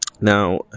Now